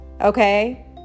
Okay